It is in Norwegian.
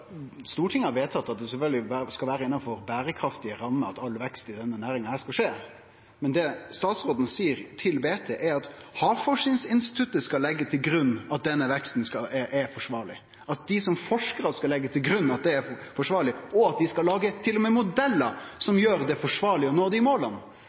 Stortinget har vedtatt at all vekst innanfor denne næringa sjølvsagt skal skje innanfor berekraftige rammer. Men det statsråden seier til Bergens Tidende, er at Havforskingsinstituttet skal leggje til grunn at denne veksten er forsvarleg, at dei som forskarar skal leggje til grunn at det er forsvarleg, og at dei til og med skal lage modellar